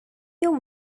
your